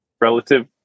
relative